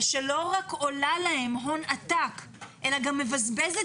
שלא רק עולה להם הון עתק אלא גם מבזבזת